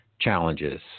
challenges